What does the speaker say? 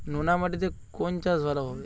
নোনা মাটিতে কোন চাষ ভালো হবে?